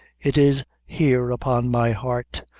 it is here upon my heart,